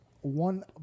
one